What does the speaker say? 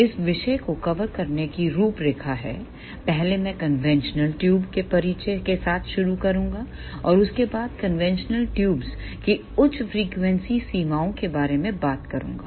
इस विषय को कवर करने की रूपरेखा है पहले मैं कन्वेंशनल ट्यूबके परिचय के साथ शुरू करूँगाऔर उसके बाद कन्वेंशनल ट्यूबों की उच्च फ्रीक्वेंसी सीमाओं के बारे में बात करूंगा